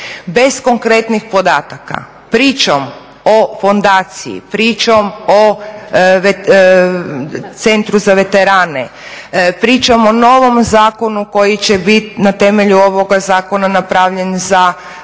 Bez konkretnih podataka, pričom o fondaciji, pričom o centru za veterane, pričom o novom zakonu koji će bit na temelju ovoga zakona napravljen za